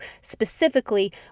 specifically